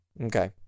okay